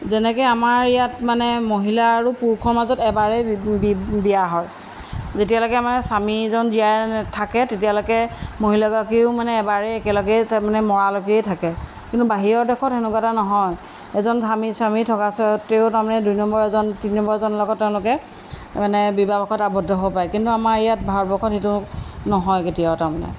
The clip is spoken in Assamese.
যেনেকৈ আমাৰ ইয়াত মানে মহিলা আৰু পুৰুষৰ মাজত এবাৰেই বিয়া হয় যেতিয়ালৈকে মানে স্বামীজন জীয়াই থাকে তেতিয়ালৈকে মহিলাগৰাকীয়েও মানে এবাৰেই একেলগেই তাৰমানে মৰালকেই থাকে কিন্তু বাহিৰৰ দেশত সেনেকুৱা এটা নহয় এজন স্বামী স্বামী থকা চত্ত্বেও তাৰমানে দুই নম্বৰ এজন তিনি নম্বৰজনৰ লগত তেওঁলোকে মানে বিবাহপাশত আৱদ্ধ হ'ব পাৰে কিন্তু আমাৰ ইয়াত ভাৰতবৰ্ষত সেইটো নহয় কেতিয়াও তাৰমানে